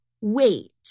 wait